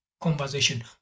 Conversation